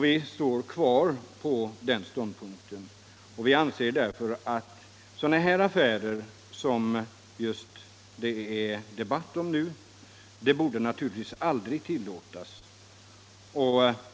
Vi står kvar vid den ståndpunkten och anser att just sådana affärer som vi debatterar nu aldrig borde tillåtas.